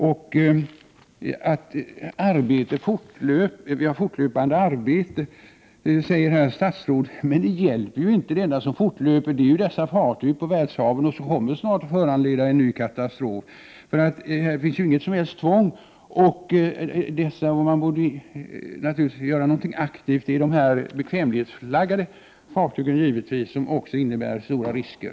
Statsrådet talar om fortlöpande internationellt arbete, men det enda som fortlöper är dessa fartyg på världshaven som snart kommer att föranleda en ny katastrof. Man borde naturligtvis göra någonting aktivt också åt de bekvämlighetsflaggade fartygen, som också innebär stora risker.